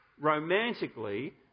romantically